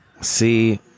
See